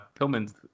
Pillman's